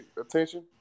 attention